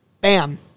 bam